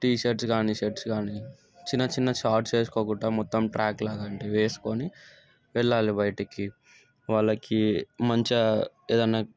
T shirts కానీ shirts కానీ చిన్న చిన్న షాట్స్ వేసుకోకుండా మొత్తం ట్రాక్ లాగా అంటే వేసుకొని వెళ్ళాలి బయటకి వాళ్ళకి మంచిగా